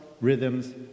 rhythms